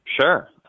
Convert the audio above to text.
Sure